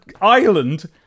island